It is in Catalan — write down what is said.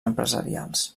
empresarials